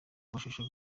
mashusho